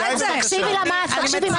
נמצא ליד דגל אש"ף, שיתבייש.